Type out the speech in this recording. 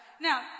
Now